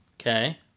Okay